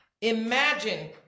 Imagine